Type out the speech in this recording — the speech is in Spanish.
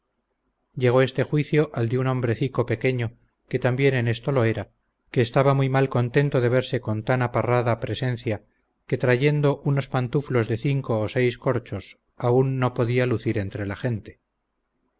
llegó este juicio al de un hombrecico pequeño que también en esto lo era que estaba muy mal contento de verse con tan aparrada presencia que trayendo unos pantuflos de cinco o seis corchos aun no podía lucir entre la gente